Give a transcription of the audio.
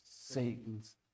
Satan's